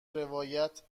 روایت